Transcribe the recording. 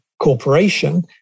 corporation